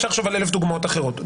אפשר לחשוב על 1,000 דוגמאות אחרות,